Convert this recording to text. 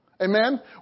Amen